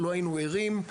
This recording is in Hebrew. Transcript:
לא היינו ערים,